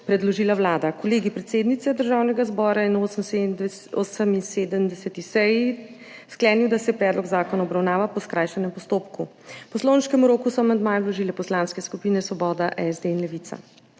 predložila Vlada. Kolegij predsednice Državnega zbora je na 78. seji sklenil, da se predlog zakona obravnava po skrajšanem postopku. V poslovniškem roku so amandmaje vložile poslanske skupine Svoboda, SD in Levica.